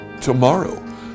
Tomorrow